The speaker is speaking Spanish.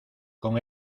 con